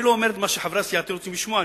אני לא אומר את מה שחברי סיעתי רוצים לשמוע.